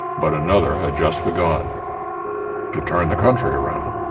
but another had just begun to turn the country around,